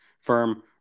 firm